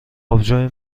آبجوی